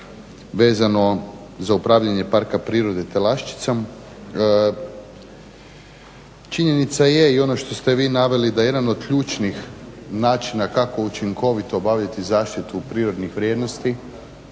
vezano za upravljanjem Parka prirode Telašćicom. Činjenica je i ono što ste vi naveli, da je jedan od ključnih načina kako učinkoviti obaviti zaštitu prirodnih vrijednosti,